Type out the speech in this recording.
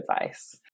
advice